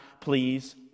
please